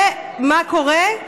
ומה קורה?